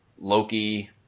Loki